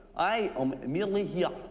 i am merely here.